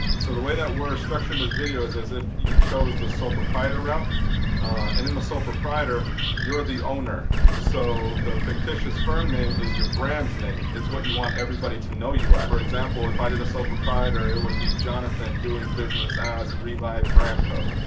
so the way that we're structuring this video is as if you chose the sole proprietor route and in the sole proprietor you're the owner. so the fictitious firm name is your brand's name. it's what you want everybody to know you as. for example if i did a sole proprietor it would be jonathan doing business as revive brand co.